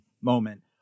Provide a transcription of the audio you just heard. moment